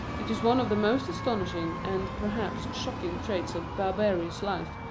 it is one of the most astonishing, and, perhaps, shocking traits of barbarous life,